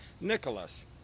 Nicholas